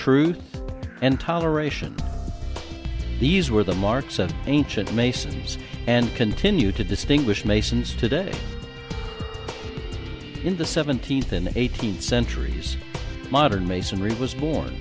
truth and toleration these were the marks of ancient masons and continue to distinguish masons today in the seventeenth and eighteenth centuries modern masonry was born